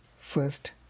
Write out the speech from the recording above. first